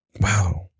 wow